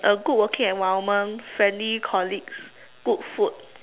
a good working environment friendly colleagues good food